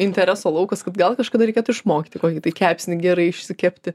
interesų laukas kad gal kažkada reikėtų išmokti kokį tai kepsnį gerai išsikepti